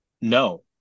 no